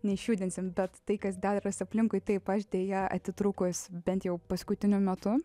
neišjudinsim bet tai kas dedasi aplinkui taip aš deja atitrūkus bent jau paskutiniu metu